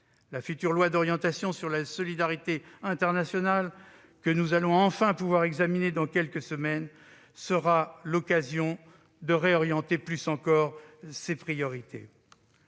La future loi d'orientation sur la solidarité internationale, que nous allons enfin pouvoir examiner dans quelques semaines, sera l'occasion de réorienter encore davantage